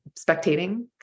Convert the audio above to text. spectating